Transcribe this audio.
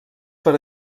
per